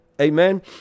amen